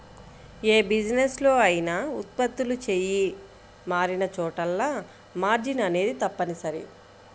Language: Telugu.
యే బిజినెస్ లో అయినా ఉత్పత్తులు చెయ్యి మారినచోటల్లా మార్జిన్ అనేది తప్పనిసరి